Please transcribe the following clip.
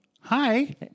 Hi